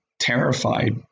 terrified